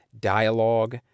dialogue